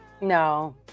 No